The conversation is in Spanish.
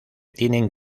tienen